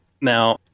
Now